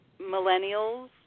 millennials